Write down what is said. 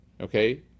okay